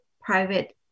private